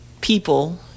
people